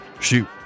Shoot